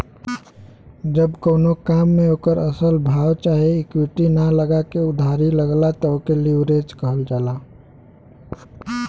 जब कउनो काम मे ओकर असल भाव चाहे इक्विटी ना लगा के उधारी लगला त ओके लीवरेज कहल जाला